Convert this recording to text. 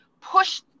push